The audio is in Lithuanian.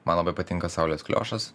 man labai patinka saulės kaliošas